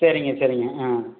சரிங்கய்யா சரிங்க ஆ